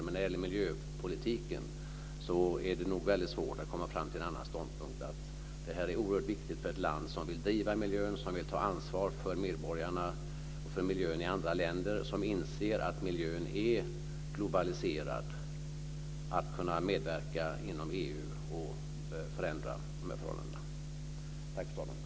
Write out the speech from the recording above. Men när det gäller miljöpolitiken är det nog väldigt svårt att komma fram till en annan ståndpunkt än att medlemskapet är oerhört viktigt för ett land som vill driva miljöfrågorna, ta ansvar för medborgarna och miljön i andra länder och som inser att miljön är globaliserad. Inom EU kan man medverka och förändra förhållandena.